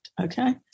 okay